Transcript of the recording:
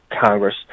Congress